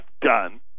done